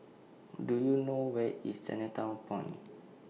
Do YOU know Where IS Chinatown Point